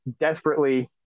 desperately